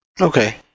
Okay